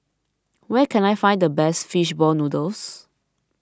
where can I find the best Fish Ball Noodles